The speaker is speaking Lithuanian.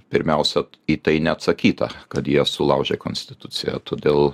pirmiausia į tai neatsakyta kad jie sulaužė konstituciją todėl